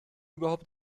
überhaupt